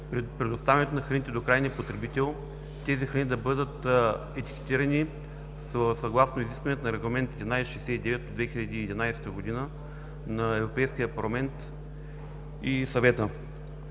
предоставянето на храните до крайния потребител, тези храни да бъдат етикетирани съгласно изискванията на Регламент 1169 от 2011 г. на Европейския парламент и Съвета.